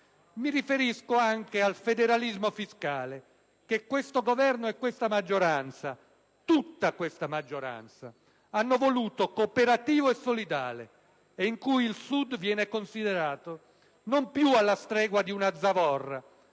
Mi riferisco anche al federalismo fiscale, che questo Governo e questa maggioranza - tutta questa maggioranza - hanno voluto cooperativo e solidale, e in cui il Sud viene considerato non più alla stregua di una zavorra,